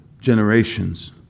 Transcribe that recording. generations